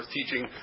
Teaching